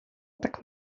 tak